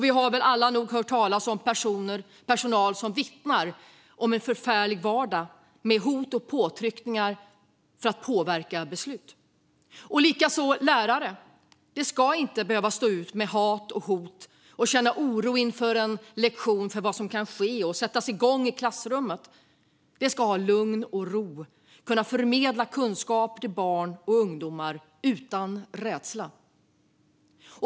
Vi har väl alla hört talas om personal som vittnar om en förfärlig vardag med hot och påtryckningar för att påverka beslut. Likadant är det för lärare. De ska inte behöva stå ut med hat och hot och inför en lektion känna oro inför vad som kan ske och sättas igång i klassrummet. De ska ha lugn och ro och kunna förmedla kunskaper till barn och ungdomar utan rädsla.